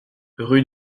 rue